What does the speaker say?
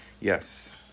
Yes